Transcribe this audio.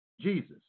Jesus